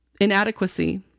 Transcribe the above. inadequacy